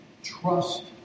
Trust